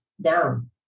down